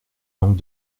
manque